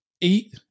eat